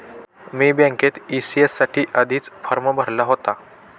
मी बँकेत ई.सी.एस साठी आधीच फॉर्म भरला होता